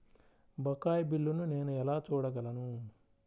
బకాయి బిల్లును నేను ఎలా చూడగలను?